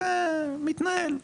זה מתנהל,